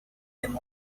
them